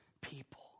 people